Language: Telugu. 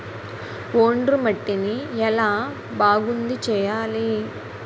ఒండ్రు మట్టిని ఎలా బాగుంది చేయాలి?